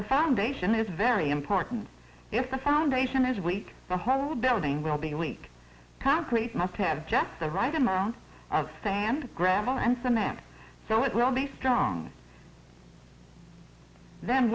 a foundation is very important if the foundation is weak the whole building will be weak concrete must have just the right amount of sand gravel and cement so it will be strong then